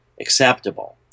acceptable